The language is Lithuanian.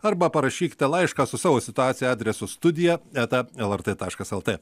arba parašykite laišką su savo situacija adresu studija eta lrt taškas lt